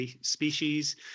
species